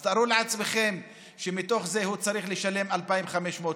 אז תארו לעצמכם שמתוך זה הוא צריך לשלם 2,500 שקל,